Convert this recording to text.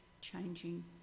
changing